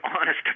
honest